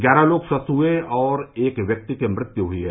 ग्यारह लोग स्वस्थ हुए हैं और एक व्यक्ति की मृत्यु हुई है